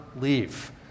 leave